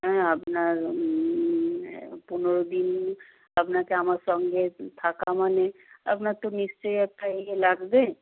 হ্যাঁ আপনার পনেরো দিন আপনাকে আমার সঙ্গে থাকা মানে আপনার তো নিশ্চয়ই একটা ইয়ে লাগবে